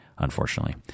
unfortunately